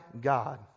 God